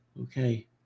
Okay